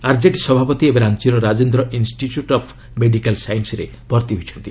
RJD ସଭାପତି ଏବେ ରାଞ୍ଚିର ରାଜେନ୍ଦ୍ର ଇନ୍ଷ୍ଟିଚ୍ୟୁଟ୍ ଅଫ୍ ମେଡିକାଲ୍ ସାଇନ୍ସରେ ଭର୍ତ୍ତି ହୋଇଛନ୍ତି